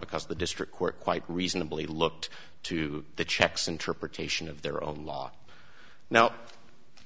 because the district court quite reasonably looked to the czechs interpretation of their own law now